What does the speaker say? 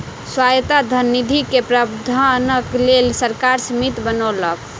स्वायत्त धन निधि के प्रबंधनक लेल सरकार समिति बनौलक